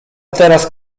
teraz